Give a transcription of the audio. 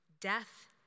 death